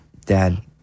Dad